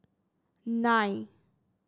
nine